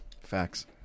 Facts